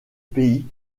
pays